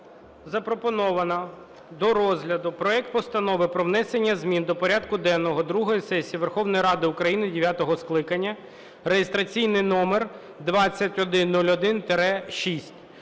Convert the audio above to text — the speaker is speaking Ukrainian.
запропоновано до розгляду проект Постанови про внесення змін до порядку денного другої сесії Верховної Ради України дев'ятого скликання (реєстраційний номер 2101-6).